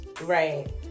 right